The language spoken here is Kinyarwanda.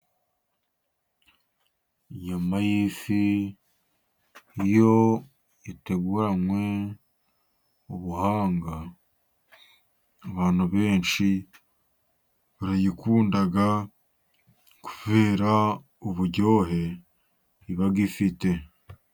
Inyama y'ifi, iyo iteguranywe ubuhanga abantu benshi barayikunda, kubera uburyohe iba ifite.